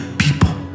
people